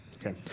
Okay